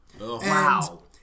Wow